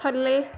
ਥੱਲੇ